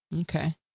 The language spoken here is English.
Okay